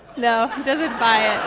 now does it buy